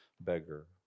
beggar